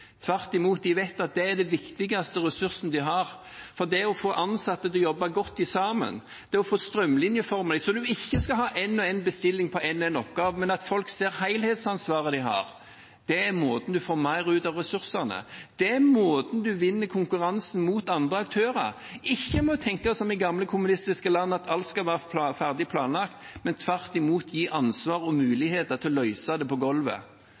Tvert imot vet de at det er den viktigste ressursen de har. Det å få de ansatte til å jobbe godt sammen, det å få en strømlinjeform, så man ikke må ha en og en bestilling på en og en oppgave, men at folk ser helhetsansvaret de har, er måten å få mer ut av ressursene på. Det er måten man vinner konkurransen mot andre aktører på – ikke ved å tenke som i gamle kommunistiske land at alt skal være ferdig planlagt, men tvert imot ved å gi ansvar og muligheter til å løse det på